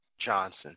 Johnson